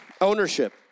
Ownership